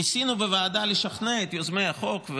ניסינו בוועדה לשכנע את יוזמי החוק,